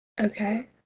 Okay